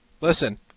Listen